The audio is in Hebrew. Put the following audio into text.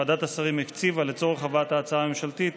ועדת השרים הקציבה להבאת ההצעה הממשלתית